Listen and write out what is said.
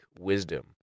wisdom